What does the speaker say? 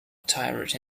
tired